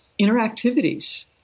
interactivities